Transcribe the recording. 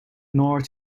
nor